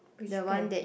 which pair